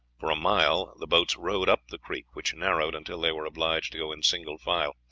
for a mile the boats rowed up the creek, which narrowed until they were obliged to go in single file.